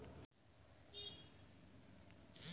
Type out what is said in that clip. खेतीक खरचा पुरा करय लेल किसान केँ समय पर ऋण भेटि जाइए